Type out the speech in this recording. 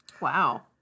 Wow